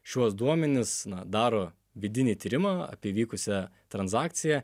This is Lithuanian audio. šiuos duomenis na daro vidinį tyrimą apie vykusią transakciją